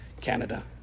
Canada